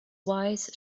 wise